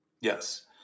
Yes